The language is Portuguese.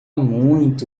muito